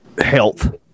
health